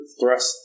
thrust